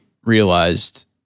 realized